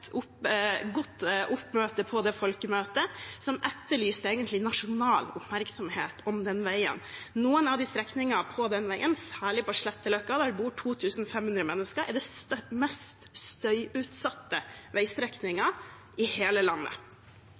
oppmøte på folkemøtet, som egentlig etterlyste nasjonal oppmerksomhet om den veien. Noen av strekningene på den veien – særlig på Sletteløkka der det bor 2 500 mennesker – er de mest støyutsatte strekningene i hele landet.